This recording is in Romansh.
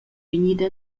vegnida